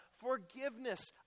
forgiveness